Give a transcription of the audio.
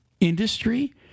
industry